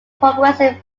progressive